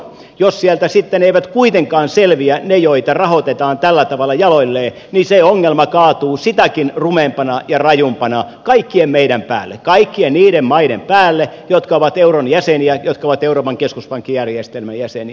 jos sieltä sitten eivät kuitenkaan selviä ne joita rahoitetaan tällä tavalla jaloilleen niin se ongelma kaatuu sitäkin rumempana ja rajumpana kaikkien meidän päälle kaikkien niiden maiden päälle jotka ovat euron jäseniä jotka ovat euroopan keskuspankkijärjestelmän jäseniä